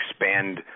expand